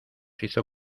hizo